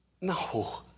No